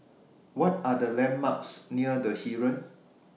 What Are The landmarks near The Heeren